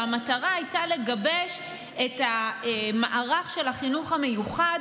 שהמטרה שלו הייתה לגבש את המערך של החינוך המיוחד